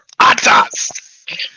Atas